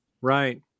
Right